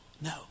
No